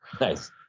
Nice